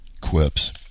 quips